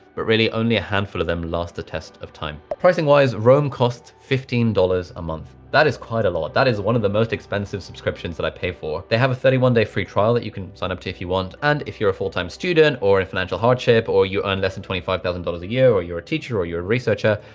but really only a handful of them last the test of time. pricing wise, roam costs fifteen dollars a month. that is quite a lot. that is one of the most expensive subscriptions that i pay for. they have a thirty one day free trial that you can sign up to if you want. and if you're a full time student or in financial hardship or you earn less than twenty five thousand dollars a year, or you're a teacher or you're a researcher,